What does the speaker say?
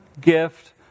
gift